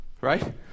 right